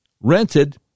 rented